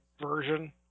version